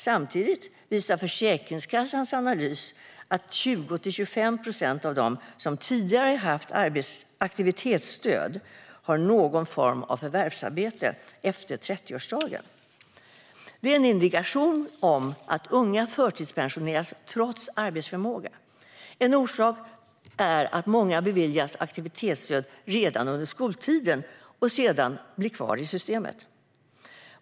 Samtidigt visar Försäkringskassans analys att 20-25 procent av dem som tidigare haft aktivitetsstöd har någon form av förvärvsinkomst efter 30-årsdagen. Det är en indikation på att unga förtidspensioneras trots arbetsförmåga. En orsak är att många beviljas aktivitetsstöd redan under skoltiden och sedan blir kvar i systemet.